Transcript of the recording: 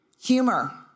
Humor